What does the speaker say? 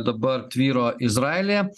dabar tvyro izraelyje